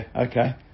okay